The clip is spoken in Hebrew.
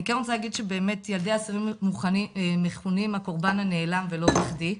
אני כן רוצה להגיד שכן ילדי אסירים מכונים הקורבן הנעלם ולא בכדי,